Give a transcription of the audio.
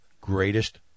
greatest